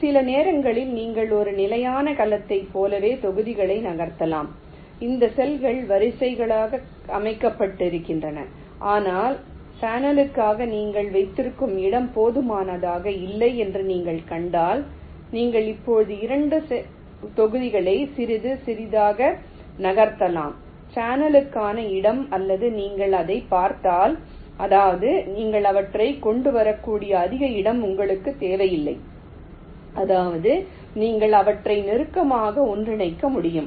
சில நேரங்களில் நீங்கள் ஒரு நிலையான கலத்தைப் போலவே தொகுதிகளை நகர்த்தலாம் இந்த செல்கள் வரிசைகளில் அமைக்கப்பட்டிருக்கின்றன ஆனால் சேனலுக்காக நீங்கள் வைத்திருக்கும் இடம் போதுமானதாக இல்லை என்று நீங்கள் கண்டால் நீங்கள் எப்போதும் 2 தொகுதிகளை சிறிது சிறிதாக நகர்த்தலாம் சேனலுக்கான இடம் அல்லது நீங்கள் அதைப் பார்த்தால் அதாவது நீங்கள் அவற்றைக் கொண்டுவரக்கூடிய அதிக இடம் உங்களுக்குத் தேவையில்லை அதாவது நீங்கள் அவற்றை நெருக்கமாக ஒன்றிணைக்க முடியும்